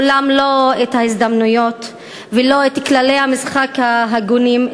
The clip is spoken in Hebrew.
אולם לא ההזדמנויות ולא כללי המשחק ההגונים.